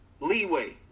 leeway